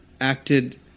acted